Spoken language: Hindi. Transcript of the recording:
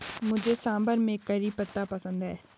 मुझे सांभर में करी पत्ता पसंद है